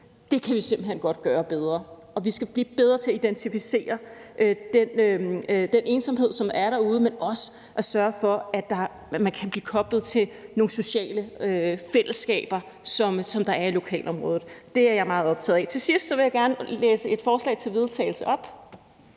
Det kan vi simpelt hen godt gøre bedre, og vi skal blive bedre til at identificere den ensomhed, som er derude, men også til at sørge for, at man kan blive koblet til nogle sociale fællesskaber, der er i lokalområdet. Det er jeg meget optaget af. Til sidst vil jeg gerne oplæse et forslag til vedtagelse,